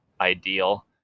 ideal